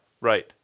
right